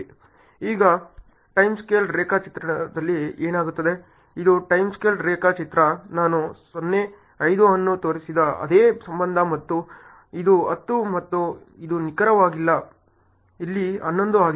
ಈಗ time scale ರೇಖಾಚಿತ್ರದಲ್ಲಿ ಏನಾಗುತ್ತದೆ ಇದು ಟೈಮ್ ಸ್ಕೇಲ್ ರೇಖಾಚಿತ್ರ ನಾನು 0 5 ಅನ್ನು ತೋರಿಸಿದ ಅದೇ ಸಂಬಂಧ ಮತ್ತು ಇದು 10 ಮತ್ತು ಇದು ನಿಖರವಾಗಿ ಇಲ್ಲಿ 11 ಆಗಿದೆ